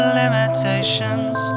limitations